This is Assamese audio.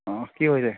অঁ কি হৈছে